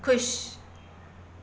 खु़शि